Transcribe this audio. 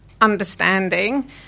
understanding